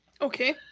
Okay